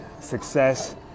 success